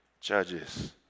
judges